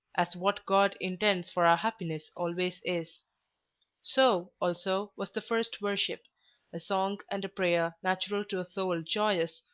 as what god intends for our happiness always is so, also, was the first worship a song and a prayer natural to a soul joyous,